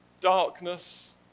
darkness